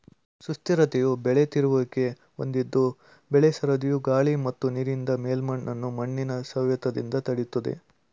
ಸುಸ್ಥಿರತೆಯು ಬೆಳೆ ತಿರುಗುವಿಕೆ ಹೊಂದಿದ್ದು ಬೆಳೆ ಸರದಿಯು ಗಾಳಿ ಮತ್ತು ನೀರಿನಿಂದ ಮೇಲ್ಮಣ್ಣನ್ನು ಮಣ್ಣಿನ ಸವೆತದಿಂದ ತಡಿತದೆ